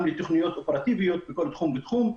לתכניות אופרטיביות בכל תחום ותחום.